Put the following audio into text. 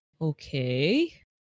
okay